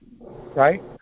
right